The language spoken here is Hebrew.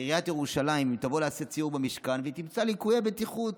אם עיריית ירושלים תבוא לעשות סיור במשכן והיא תמצא ליקויי בטיחות,